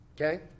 Okay